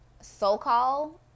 so-called